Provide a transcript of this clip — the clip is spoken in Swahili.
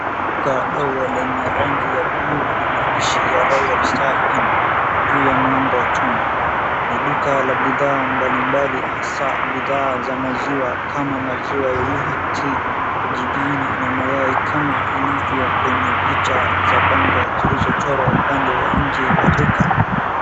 Duka dogo lenye rangi ya buluu na maandishi ya Royal Star Inn juu ya mlango wa chuma. Ni duka la bidhaa mbalimbali hasa bidhaa za maziwa kama maziwa ya UHT, jibini mayai kama ilivyo kwenye picha za bango zilizochorwa upande wa nje ya duka.